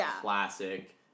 classic